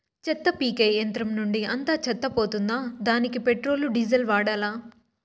చెత్త పీకే యంత్రం నుండి అంతా చెత్త పోతుందా? దానికీ పెట్రోల్, డీజిల్ వాడాలా?